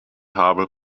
habe